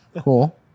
cool